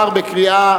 נתקבל.